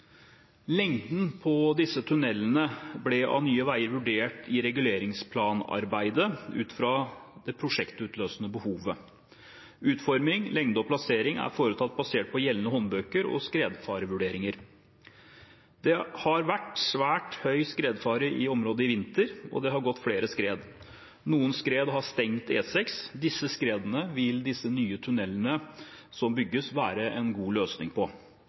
Lengden på disse tunnelene ble av Nye Veier vurdert i reguleringsplanarbeidet ut fra det prosjektutløsende behovet. Utforming, lengde og plassering er foretatt basert på gjeldende håndbøker og skredfarevurderinger. Det har vært svært høy skredfare i området i vinter, og det har gått flere skred. Noen skred har stengt E6. Disse skredene vil de nye tunnelene som bygges være en god løsning på.